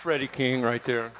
freddie king right there